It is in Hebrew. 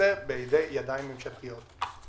יימצא בידי ידיים ממשלתיות.